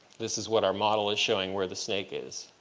this is what our model is showing where the snake is.